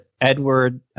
Edward